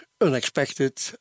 unexpected